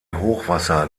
hochwasser